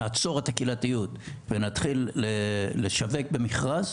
כמעט צוהריים טובים לכולם,